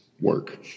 work